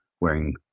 wearing